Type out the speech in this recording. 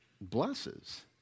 blesses